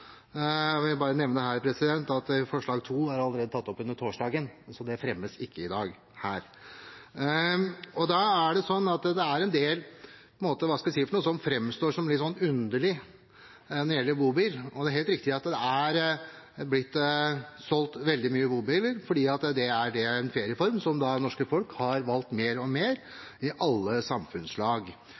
Jeg vil her bare nevne at forslag nr. 2 allerede ble tatt opp under torsdagens møte, så det fremmes ikke her i dag. Det er en del som framstår som litt underlig når det gjelder bobil. Det er helt riktig at det er blitt solgt veldig mange bobiler, for dette er en ferieform som det norske folk i alle samfunnslag har valgt mer og mer. Det å kunne gjøre det enklere og rimeligere er vi da for. En bobil er heller ikke noe man kjører veldig mange kilometer med i